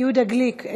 יהודה גליק,